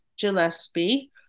Gillespie